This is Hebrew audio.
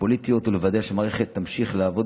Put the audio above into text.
הפוליטיות ולוודא שהמערכת תמשיך לעבוד